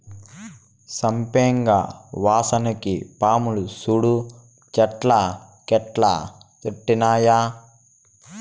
సంపెంగ వాసనకి పాములు సూడు చెట్టు కెట్టా సుట్టినాయో